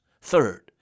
Third